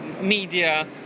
media